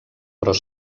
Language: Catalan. però